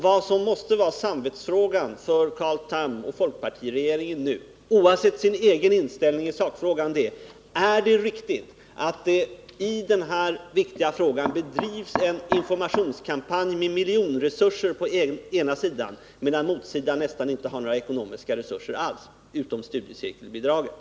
Vad som nu måste vara samvetsfrågan för Carl Tham och folkpartiregeringen — oavsett den egna inställningen rent sakligt är: Är det riktigt att det i denna viktiga angelägenhet bedrivs en informationskampanj med miljonresurser bakom den ena sidans uppfattning medan motsidan, bortsett från studiecirkelbidraget, nästan inte har några ekonomiska resurser alls?